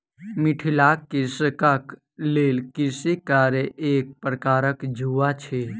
मिथिलाक कृषकक लेल कृषि कार्य एक प्रकारक जुआ अछि